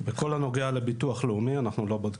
בכל הנוגע לביטוח לאומי, אנחנו לא בודקים,